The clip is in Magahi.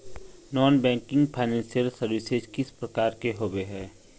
नॉन बैंकिंग फाइनेंशियल सर्विसेज किस प्रकार के होबे है?